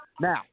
Now